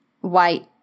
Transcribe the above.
white